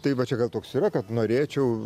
tai va čia gal toks yra kad norėčiau